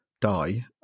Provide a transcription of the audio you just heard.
die